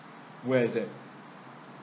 where is that